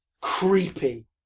creepy